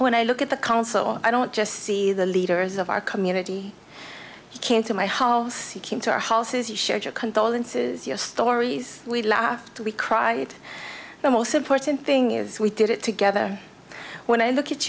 when i look at the council i don't just see the leaders of our community came to my house you came to our houses you shared your condolences your stories we laughed we cried the most important thing is we did it together when i look at